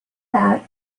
that